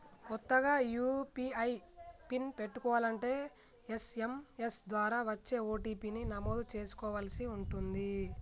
కొత్తగా UPI PIN పెట్టుకోలంటే SMS ద్వారా వచ్చే ఓ.టీ.పీ ని నమోదు చేసుకోవలసి ఉంటుంది